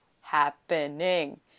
happening